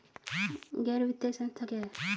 गैर वित्तीय संस्था क्या है?